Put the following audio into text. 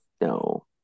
no